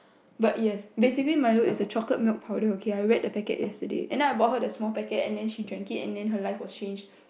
but yes basically Milo is a chocolate milk powder okay I read the packet yesterday and then I bought her the small packet and then she drank it and then her life was changed